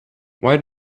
why